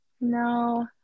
No